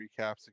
recaps